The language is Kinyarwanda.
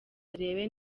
barebe